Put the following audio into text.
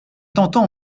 tentant